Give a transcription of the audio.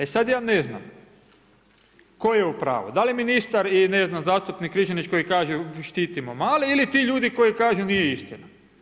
E sad ja ne znam tko je u pravu, da li ministar i ne znam zastupnik Križanić koji kaže štitimo male ili ti ljudi koji kažu nije istina.